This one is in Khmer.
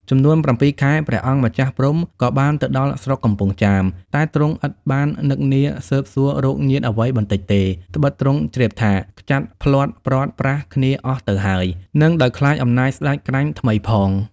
ចំនួន ៧ ខែ ព្រះអង្គម្ចាស់ព្រហ្មក៏បានទៅដល់ស្រុកកំពង់ចាមតែទ្រង់ឥតបាននឹកនាស៊ើបសួររកញាតិអ្វីបន្តិចទេ ដ្បិតទ្រង់ជ្រាបថាខ្ចាត់ភ្លាត់ព្រាត់ប្រាសគ្នាអស់ទៅហើយ នឹងដោយខ្លាចអំណាចស្ដេចក្រាញ់ថ្មីផង ។